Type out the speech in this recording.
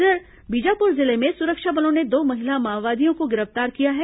इधर बीजापुर जिले में सुरक्षा बलों ने दो महिला माओवादियों को गिरफ्तार किया है